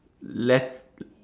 left